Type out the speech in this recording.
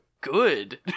good